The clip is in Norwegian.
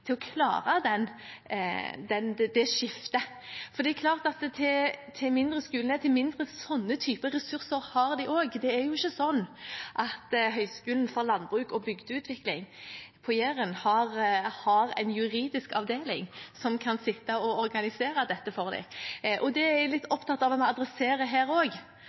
til å klare det skiftet. For jo mindre skolen er, jo mindre slike ressurser har de også. Det er jo ikke sånn at Høgskulen for landbruk og bygdeutvikling på Jæren har en juridisk avdeling som kan sitte og organisere dette for dem. Det er jeg litt opptatt av å adressere her